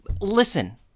Listen